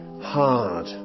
hard